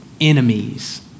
enemies